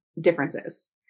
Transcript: differences